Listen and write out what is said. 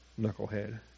knucklehead